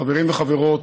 חברים וחברות,